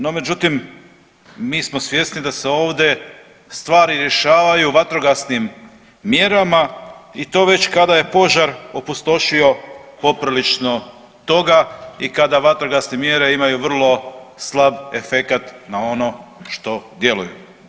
No međutim, mi smo svjesni da se ovdje stvari rješavaju vatrogasnim mjerama i to već kada je požar opustošio poprilično toga i kada vatrogasne mjere imaju vrlo slab efekat na ono što djeluje.